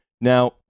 now